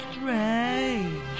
strange